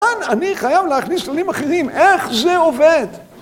כאן אני חייב להכניס כללים אחרים, איך זה עובד?